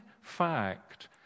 fact